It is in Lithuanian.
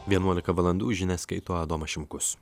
vienuolika valandų žinias skaito adomas šimkus